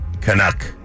Canuck